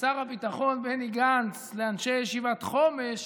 שר הביטחון בני גנץ לאנשי ישיבת חומש